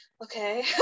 Okay